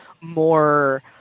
more